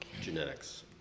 genetics